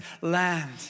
land